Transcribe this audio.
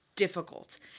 Difficult